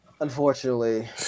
unfortunately